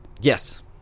Yes